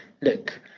look